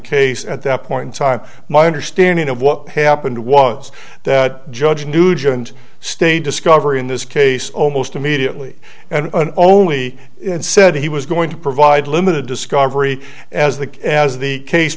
case at that point time my understanding of what happened was that judge nugent stayed discovery in this case almost immediately and only said he was going to provide limited discovery as the as the case